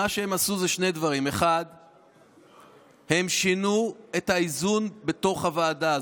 הם עשו שני דברים: 1. הם שינו את האיזון בתוך הוועדה.